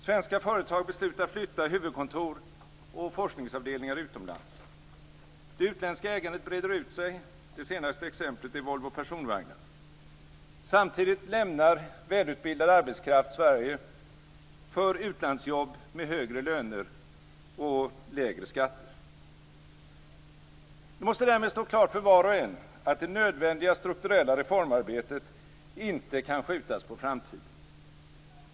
Svenska företag beslutar att flytta huvudkontor och forskningsavdelningar utomlands. Det utländska ägandet breder ut sig - det senaste exemplet är Volvo Personvagnar. Samtidigt lämnar välutbildad arbetskraft Sverige för utlandsjobb med högre löner och lägre skatter. Det måste därmed stå klart för var och en att det nödvändiga strukturella reformarbetet inte kan skjutas på framtiden.